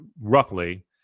roughly